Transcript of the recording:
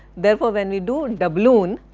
therefore when we do doubloon,